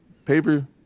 paper